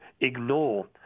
ignore